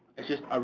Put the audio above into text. it's just a,